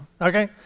okay